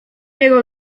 jego